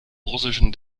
russischen